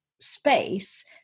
space